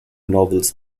novels